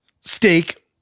steak